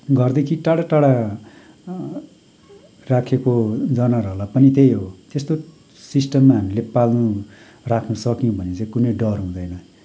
घरदेखि टाढा टाढा राखेको जनावरहरूलाई पनि त्यहीँ हो त्यस्तो सिस्टममा हामीले पाल्नु राख्नु सक्यौँ भने चाहिँ कुनै डर हुँदैन